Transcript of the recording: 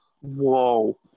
Whoa